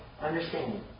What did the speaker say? understanding